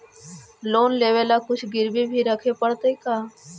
Loan लेबे ल कुछ गिरबी भी रखे पड़तै का?